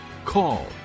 call